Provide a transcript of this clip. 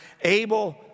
Abel